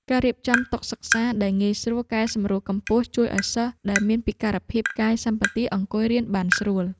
ការរៀបចំតុសិក្សាដែលងាយស្រួលកែសម្រួលកម្ពស់ជួយឱ្យសិស្សដែលមានពិការភាពកាយសម្បទាអង្គុយរៀនបានស្រួល។